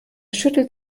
schüttelt